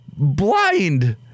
blind